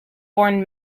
born